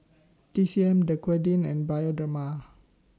T C M Dequadin and Bioderma